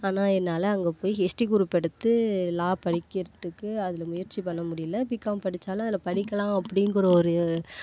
ஆனால் என்னால் அங்கே போய் ஹிஸ்ட்ரி குரூப் எடுத்து லா படிக்கிறதுக்கு அதில் முயற்சி பண்ண முடியல பிகாம் படிச்சாலும் அதில் படிக்கலாம் அப்படிங்குற ஒரு